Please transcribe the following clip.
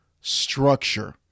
structure